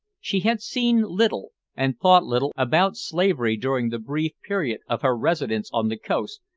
she had seen little and thought little about slavery during the brief period of her residence on the coast,